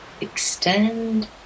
extend